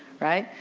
right?